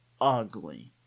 ugly